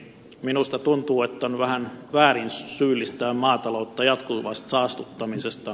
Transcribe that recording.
minusta tuntuu että on vähän väärin syyllistää maataloutta jatkuvasta saastuttamisesta